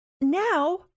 Now